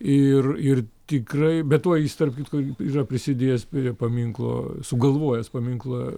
ir ir tikrai be to jis tarp kitko yra prisidėjęs prie paminklo sugalvojęs paminklą